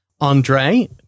Andre